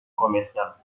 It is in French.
commerciales